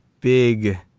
big